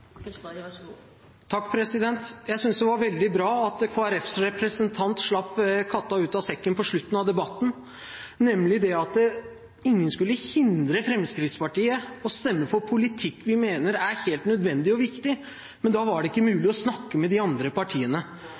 Jeg synes det var veldig bra at Kristelig Folkepartis representant slapp katta ut av sekken på slutten av debatten, nemlig at ingen skulle hindre Fremskrittspartiet i å stemme for politikk vi mener er helt nødvendig og viktig, men da var det ikke mulig å snakke med de andre partiene.